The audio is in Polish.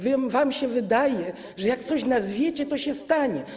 Wam się wydaje, że jak coś nazwiecie, to się stanie.